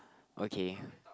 okay